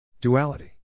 Duality